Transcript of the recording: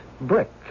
Brick